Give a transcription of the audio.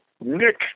Nick